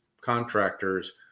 contractors